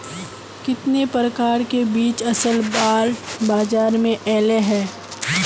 कितने प्रकार के बीज असल बार बाजार में ऐले है?